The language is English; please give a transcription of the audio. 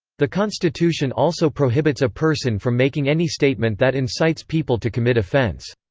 the constitution also prohibits a person from making any statement that incites people to commit offense.